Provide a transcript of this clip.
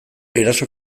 eraso